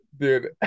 Dude